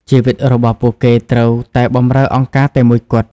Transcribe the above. ជីវិតរបស់ពួកគេត្រូវតែបម្រើអង្គការតែមួយគត់។